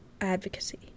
advocacy